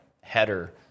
header